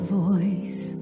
voice